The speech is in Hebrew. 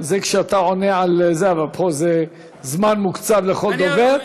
כשאתה עונה, אבל פה יש זמן מוקצב לכל דובר.